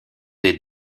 des